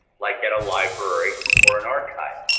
like at a library or an archive,